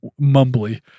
mumbly